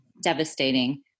devastating